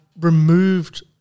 removed